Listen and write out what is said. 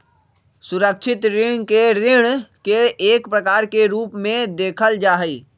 सुरक्षित ऋण के ऋण के एक प्रकार के रूप में देखल जा हई